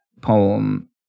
poem